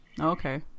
Okay